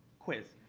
quiz.